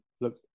look